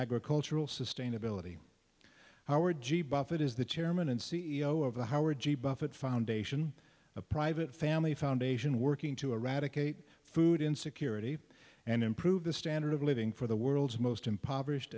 agricultural sustainability howard g buffett is the chairman and c e o of the howard g buffett foundation a private family foundation working to eradicate food insecurity and improve the standard of living for the world's most impoverished